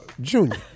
Junior